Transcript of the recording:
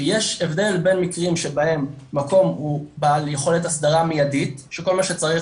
שיש הבדל בין מקרים שבהם מקום הוא בעל יכולת הסדרה מיידית שכל מה שצריך